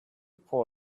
report